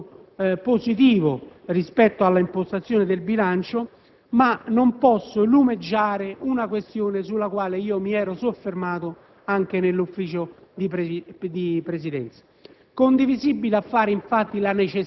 Esprimo, pertanto, un giudizio positivo rispetto all'impostazione del bilancio, ma non posso non lumeggiare una questione sulla quale mi ero soffermato anche nell'Ufficio di Presidenza.